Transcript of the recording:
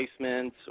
placements